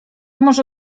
może